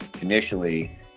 initially